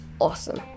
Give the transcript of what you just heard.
awesome